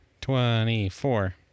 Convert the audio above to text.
Twenty-four